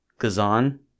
Kazan